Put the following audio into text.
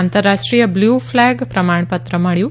આંતરરાષ્ટ્રીય blue flag પ્રમાણપત્ર મબ્યુ